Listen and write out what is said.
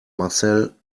marcel